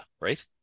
right